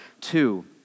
two